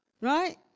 Right